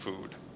food